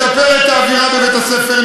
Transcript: לשפר את האווירה בבית-הספר,